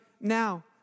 now